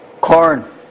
corn